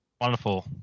Wonderful